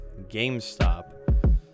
GameStop